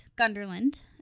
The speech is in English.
Gunderland